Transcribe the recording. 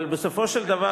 אבל בסופו של דבר,